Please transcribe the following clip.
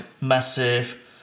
massive